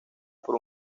por